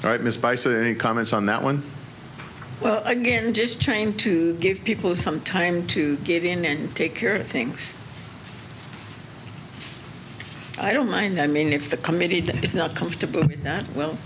right miss by saying comments on that one well again just chain to give people some time to get in and take care of things i don't mind i mean if the committee did it's not comfortable that well